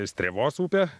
strėvos upė